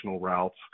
routes